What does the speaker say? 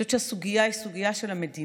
אני חושבת שהסוגיה היא סוגיה של המדינה.